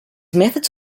methods